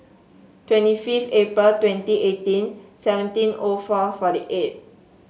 twenty fifth April twenty eighteen seventeen O four forty eight